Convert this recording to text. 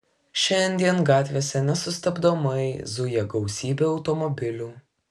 šiandien gatvėse nesustabdomai zuja gausybė automobilių